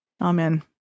Amen